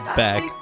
back